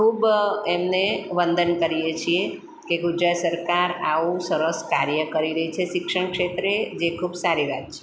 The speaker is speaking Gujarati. ખૂબ એમને વંદન કરીએ છીએ કે ગુજરાત સરકાર આવું સરસ કાર્ય કરી રહી છે શિક્ષણ ક્ષેત્રે જે ખૂબ સારી વાત છે